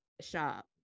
shop